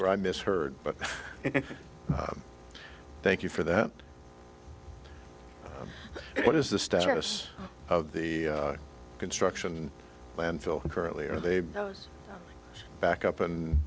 for i misheard but thank you for that what is the status of the construction landfill currently are they back up and